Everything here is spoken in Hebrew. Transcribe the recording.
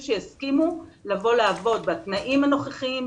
שיסכימו לבוא לעבוד בתנאים הנוכחיים,